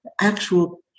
actual